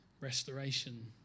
restoration